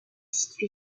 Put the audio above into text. situé